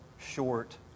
short